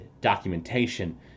documentation